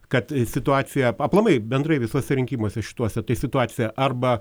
kad situacija aplamai bendrai visuose rinkimuose šituose tai situacija arba